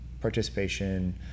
participation